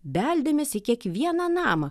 beldėmės į kiekvieną namą